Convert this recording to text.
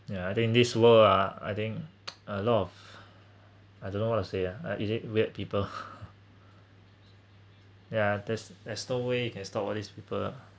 ya I think this world ah I think a lot of I don't know what to say ah is it weird people yeah there's there's no way you can stop all these people